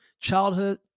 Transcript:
childhood